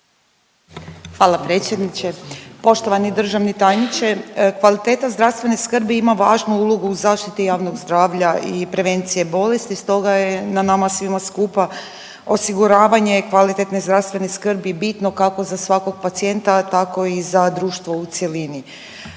Ljubica (HDZ)** Poštovani državni tajniče, kvaliteta zdravstvene skrbi ima važnu ulogu u zaštiti javnog zdravlja i prevencije bolesti stoga je na nama svima skupa osiguravanje kvalitetne zdravstvene skrbi bitno kako za svakog pacijenta tako i za društvo u cjelini.